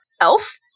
Elf